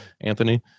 Anthony